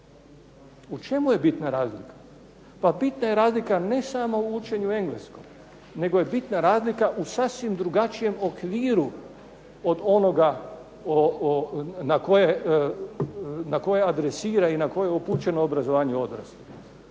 U čemu je bitna razlika? Pa bina je razlika ne samo u učenju engleskog, nego je bitna razlika u sasvim drugačijem okviru od onoga na koje adresira i na koje je upućeno obrazovanje odraslih.